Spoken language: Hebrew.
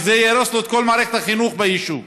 שזה יהרוס לו את כל מערכת החינוך ביישוב.